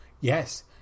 Yes